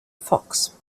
fox